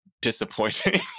disappointing